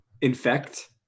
infect